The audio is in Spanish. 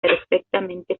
perfectamente